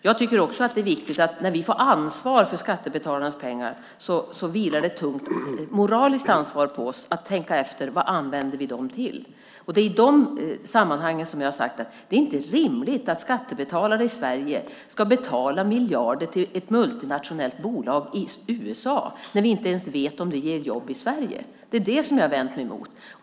Jag tycker också att det är viktigt att säga att när vi får ansvar för skattebetalarnas pengar vilar det ett tungt moraliskt ansvar på oss att tänka efter: Vad använder vi dem till? Det är i de sammanhangen som jag har sagt att det inte är rimligt att skattebetalare i Sverige ska betala miljarder till ett multinationellt bolag i USA, när vi inte ens vet om det ger jobb i Sverige. Det är det som jag har vänt mig emot.